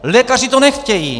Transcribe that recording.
Lékaři to nechtějí!